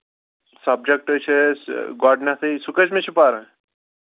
subject چھِ أسۍ گۄڈٕنٮ۪تھٕے سُہ کٔژمہِ چھُ پَران